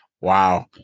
Wow